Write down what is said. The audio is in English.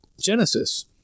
Genesis